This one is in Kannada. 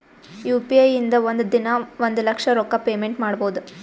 ಯು ಪಿ ಐ ಇಂದ ಒಂದ್ ದಿನಾ ಒಂದ ಲಕ್ಷ ರೊಕ್ಕಾ ಪೇಮೆಂಟ್ ಮಾಡ್ಬೋದ್